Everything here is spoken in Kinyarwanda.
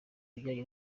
kajyanye